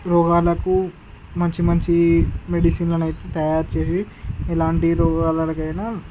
రోగాలకు మంచి మంచి మెడిసిన్ అనేది తయారు చేసి ఎలాంటి రోగాలకైనా